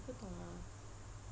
我不懂 ah